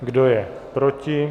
Kdo je proti?